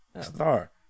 star